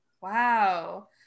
Wow